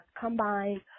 combine